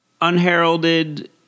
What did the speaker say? unheralded